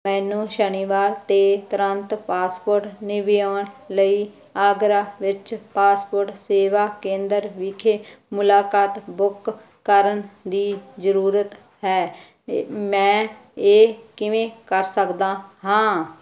ਮੈਨੂੰ ਸ਼ਨੀਵਾਰ 'ਤੇ ਤੁਰੰਤ ਪਾਸਪੋਰਟ ਨਵਿਆਉਣ ਲਈ ਆਗਰਾ ਵਿੱਚ ਪਾਸਪੋਰਟ ਸੇਵਾ ਕੇਂਦਰ ਵਿਖੇ ਮੁਲਾਕਾਤ ਬੁੱਕ ਕਰਨ ਦੀ ਜ਼ਰੂਰਤ ਹੈ ਮੈਂ ਇਹ ਕਿਵੇਂ ਕਰ ਸਕਦਾ ਹਾਂ